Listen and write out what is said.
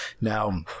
Now